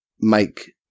make